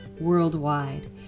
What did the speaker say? worldwide